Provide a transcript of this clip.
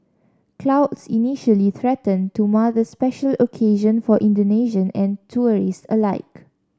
clouds initially threatened to mar the special occasion for Indonesians and tourists alike